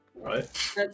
right